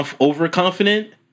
overconfident